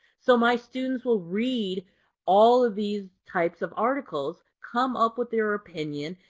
so my students will read all of these types of articles, come up with their opinion,